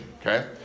okay